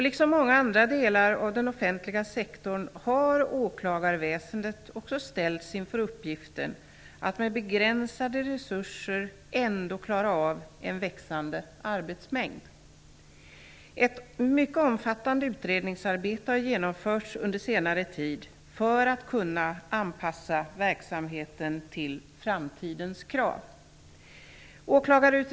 Liksom många andra delar av den offentliga sektorn har åklagarväsendet också ställts inför uppgiften att med begränsade resurser ändå klara av en växande arbetsmängd. Ett mycket omfattande utredningsarbete har genomförts under senare tid för att kunna anpassa verksamheten till framtidens krav.